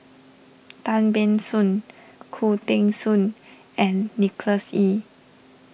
Tan Ban Soon Khoo Teng Soon and Nicholas Ee